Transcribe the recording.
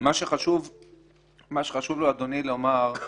יש לנו כאן צו חשוב כדי לאפשר לאותן חברות לפעול.